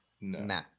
No